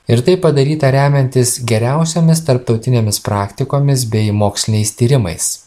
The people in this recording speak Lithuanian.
ir tai padaryta remiantis geriausiomis tarptautinėmis praktikomis bei moksliniais tyrimais